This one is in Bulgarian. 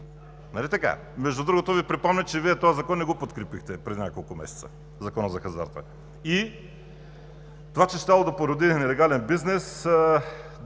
Между другото, да Ви припомня, че Вие този закон не го подкрепихте преди няколко месеца – промените в Закона за хазарта. И това, че щяло да породи нелегален бизнес,